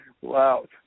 Wow